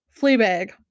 Fleabag